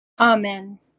Amen